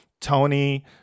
Tony